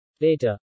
Later